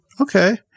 Okay